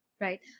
Right